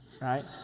right